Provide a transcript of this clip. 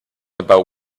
about